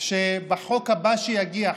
שבחוק הבא שיגיע,